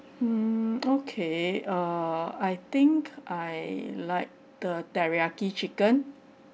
mm okay err I think I like the teriyaki chicken